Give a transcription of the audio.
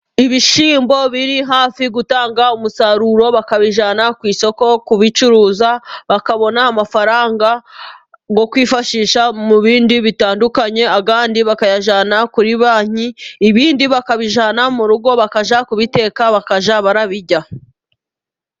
Ibishyimbo biri hafi gutanga umusaruro， bakabijyana ku isoko kubicuruza， bakabona amafaranga yo kwifashisha mu bindi bitandukanye， ayandi bakayajyana kuri banki， ibindi bakabijyana mu rugo，bakajya kubiteka， bakajya barabirya.